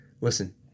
Listen